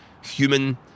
human